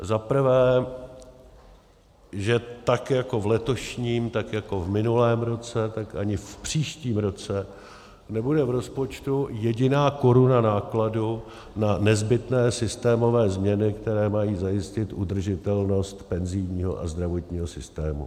Za prvé, že tak jako v letošním, tak jako v minulém roce, tak ani v příštím roce nebude v rozpočtu jediná koruna nákladu na nezbytné systémové změny, které mají zajistit udržitelnost penzijního a zdravotního systému.